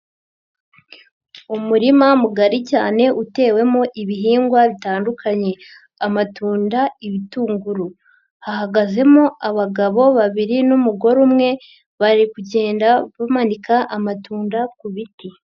Umurima mugari cyane, utewemo ibihingwa bitandukanye amatunda, ibitunguru. Hahagazemo abagabo babiri n'umugore umwe, bari kugenda bamanika amatunda ku biti.